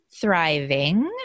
thriving